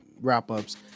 wrap-ups